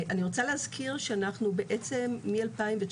אני רוצה להזכיר שאנחנו בעצם מ-2019